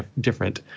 different